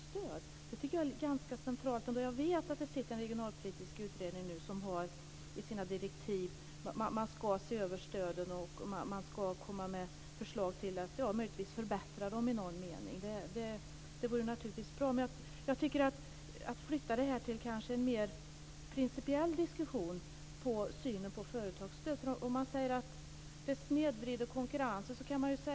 Det tycker jag är ganska centralt. Jag vet att det sitter en regionalpolitisk utredning som har i sina direktiv att den ska se över stöden och komma med förslag till att möjligtvis förbättra dem i någon mening. Det vore naturligtvis bra. Men jag vill ha en mer principiell diskussion om synen på företagsstöd. Man säger att företagsstöd snedvrider konkurrensen.